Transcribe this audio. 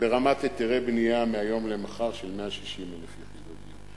ברמת היתרי בנייה מהיום למחר של 160,000 יחידות דיור.